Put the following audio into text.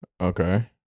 okay